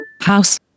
House